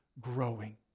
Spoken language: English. growing